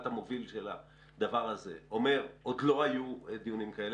המוביל של הדבר הזה: עוד לא היו דיונים כאלה,